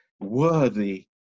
worthy